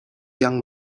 young